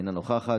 אינה נוכחת,